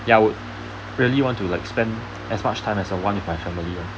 ya I would really want to like spend as much time as I want with my family